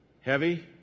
Heavy